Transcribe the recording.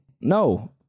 No